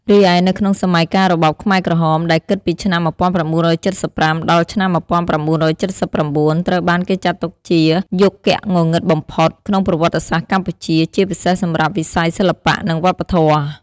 រីឯនៅក្នុងសម័យកាលរបបខ្មែរក្រហម ដែលគិតពីឆ្នាំ ១៩៧៥ ដល់ ឆ្នាំ ១៩៧៩ ត្រូវបានគេចាត់ទុកជា យុគងងឹតបំផុត ក្នុងប្រវត្តិសាស្ត្រកម្ពុជា ជាពិសេសសម្រាប់វិស័យសិល្បៈ និងវប្បធម៌។